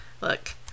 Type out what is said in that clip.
Look